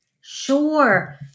Sure